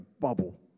bubble